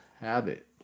habit